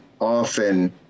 often